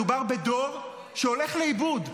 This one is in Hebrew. מדובר בדור שהולך לאיבוד,